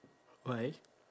why